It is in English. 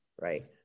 right